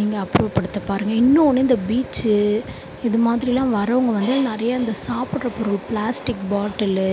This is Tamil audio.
நீங்கள் அப்புறப்படுத்தப் பாருங்கள் இன்னும் ஒன்று இந்த பீச்சு இது மாதிரியெலாம் வர்றவங்கள் வந்து நிறைய இந்த சாப்பிட்ற பொருள் ப்ளாஸ்டிக் பாட்டிலு